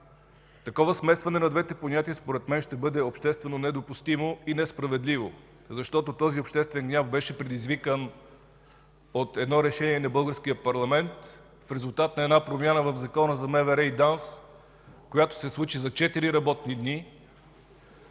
Такова смесване на двете понятия според мен ще бъде обществено недопустимо и несправедливо, защото този обществен гняв беше предизвикан от едно решение на българския парламент в резултат на една промяна в Закона за МВР и ДАНС, която се случи за четири работни дни